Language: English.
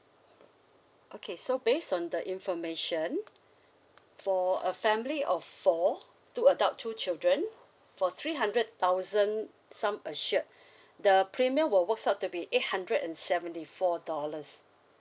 okay so based on the information for a family of four two adult two children for three hundred thousand sum assured the premium will works out to be eight hundred and seventy four dollars